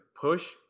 Push